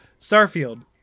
Starfield